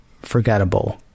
forgettable